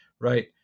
right